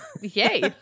Yay